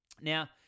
Now